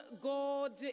God